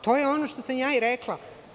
To je ono što sam i ja rekla.